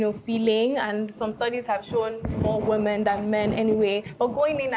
so feeling. and some studies have shown more women than men, anyway, but going in and,